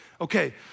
Okay